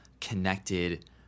connected